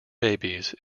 babies